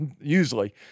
usually